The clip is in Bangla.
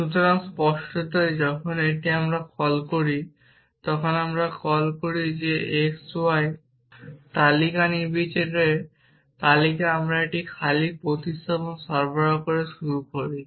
সুতরাং স্পষ্টতই যখন আমরা এটিকে কল করি তখন আমরা x y কোন অনুসন্ধান তালিকা নির্বিচারে তালিকা আমরা একটি খালি প্রতিস্থাপন সরবরাহ করে শুরু করি